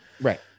right